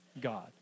God